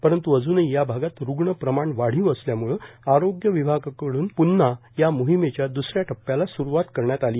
परंत् अजूनही या भागात रुग्ण प्रमाण वाढीव असल्याम्ळ आरोग्य विभागाकडून पून्हा या मोहीमेच्या दुसऱ्या टप्प्याला सुरुवात करण्यात आली आहे